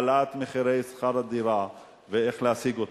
העלאת מחירי שכר הדירה ואיך להשיג אותו,